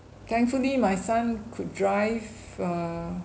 thankfully my son could drive err